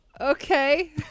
Okay